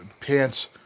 pants